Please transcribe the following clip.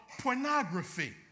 pornography